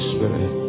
Spirit